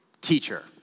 Teacher